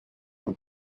and